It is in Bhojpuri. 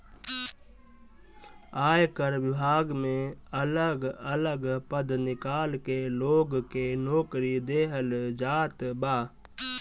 आयकर विभाग में अलग अलग पद निकाल के लोग के नोकरी देहल जात बा